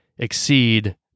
exceed